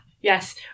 Yes